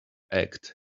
act